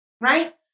right